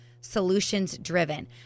solutions-driven